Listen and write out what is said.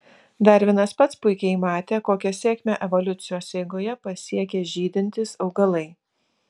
darvinas pats puikiai matė kokią sėkmę evoliucijos eigoje pasiekė žydintys augalai